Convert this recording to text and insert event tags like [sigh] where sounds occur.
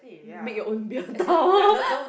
make your own beer tower [laughs]